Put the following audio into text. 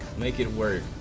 making were